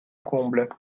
comble